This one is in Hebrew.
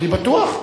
אני בטוח.